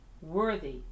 worthy